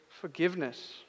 forgiveness